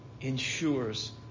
Ensures